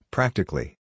Practically